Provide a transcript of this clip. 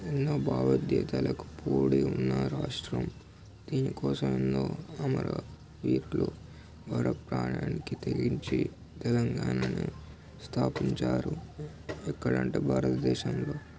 ఎన్నో భావోద్వేగాలకు పూడి ఉన్న రాష్ట్రం దీనికోసం ఎన్నో అమర వీరులు వాళ్ల ప్రాణానికి తెగించి తెలంగాణని స్థాపించారు ఎక్కడంటే భారత దేశంలో